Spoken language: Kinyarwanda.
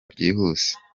byihuse